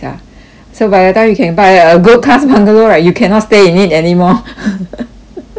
so by the time you can buy a good class bungalow right you cannot stay in it anymore